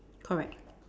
correct